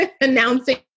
announcing